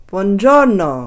Buongiorno